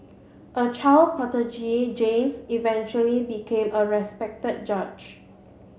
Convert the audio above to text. a child prodigy James eventually became a respected judge